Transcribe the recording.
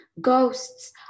Ghosts